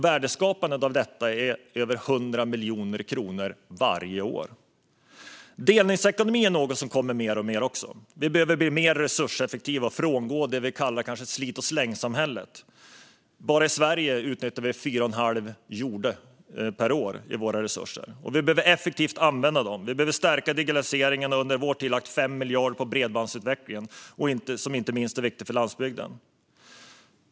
Värdeskapandet av detta beräknas till över 100 miljoner kronor varje år. Delningsekonomi är också något som kommer mer och mer. Vi behöver bli mer resurseffektiva och frångå det vi kallar slit-och-släng-samhället. Bara i Sverige förbrukar vi fyra och ett halvt jordklot per år vad gäller resurser. Vi behöver använda våra resurser effektivt och stärka digitaliseringen. Socialdemokraterna har under sin regeringen lagt 5 miljarder på bredbandsutvecklingen, vilket inte minst är viktigt för landsbygden.